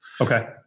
okay